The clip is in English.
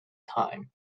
time